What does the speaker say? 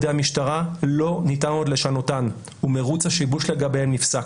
המשטרה לא ניתן עוד לשנותן ומרוץ השיבוש לגביהן נפסק.